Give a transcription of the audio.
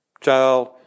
child